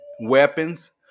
weapons